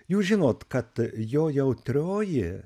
jūs žinot kad jo jautrioji